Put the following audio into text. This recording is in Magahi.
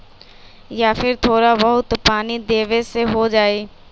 या फिर थोड़ा बहुत पानी देबे से हो जाइ?